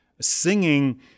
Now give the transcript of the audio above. Singing